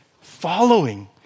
following